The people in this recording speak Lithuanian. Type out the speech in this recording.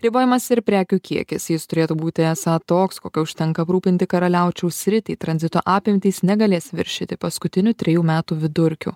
ribojamas ir prekių kiekis jis turėtų būti esą toks kokio užtenka aprūpinti karaliaučiaus sritį tranzito apimtys negalės viršyti paskutinių trejų metų vidurkių